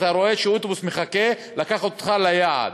אתה רואה שהאוטובוס מחכה לקחת אותך ליעד.